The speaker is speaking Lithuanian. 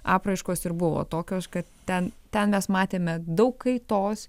apraiškos ir buvo tokios kad ten ten mes matėme daug kaitos